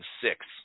six